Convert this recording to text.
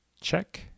Check